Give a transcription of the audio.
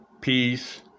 peace